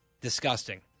Disgusting